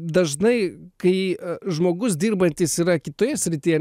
dažnai kai žmogus dirbantis yra kitoje srityje